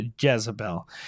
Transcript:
Jezebel